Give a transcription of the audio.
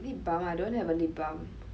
lip balm I don't have a lip balm